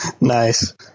Nice